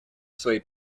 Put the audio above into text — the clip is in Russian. свои